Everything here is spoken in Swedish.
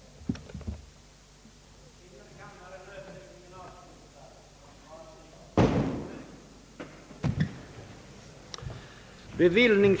riktlinjer, meddela de bestämmelser och andra föreskrifter, fatta de beslut samt i Övrigt vidtaga de åtgärder, som fordrades för vad i statsrådsprotokollet förordats,